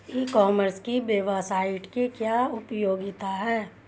ई commerce की website की क्या उपयोगिता है?